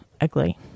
ugly